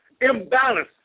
imbalance